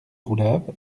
roulave